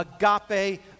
agape